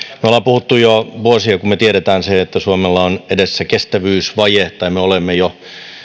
puhuneet siitä jo vuosia kun me tiedämme sen että suomella on edessään kestävyysvaje tai me olemme jo